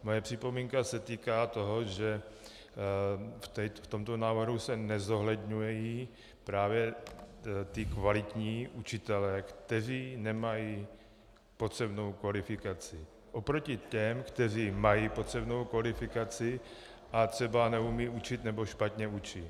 Moje připomínka se ale týká toho, že v tomto návrhu se nezohledňují právě kvalitní učitelé, kteří nemají potřebnou kvalifikaci, oproti těm, kteří mají potřebnou kvalifikaci, ale třeba neumějí učit nebo špatně učí.